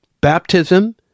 Baptism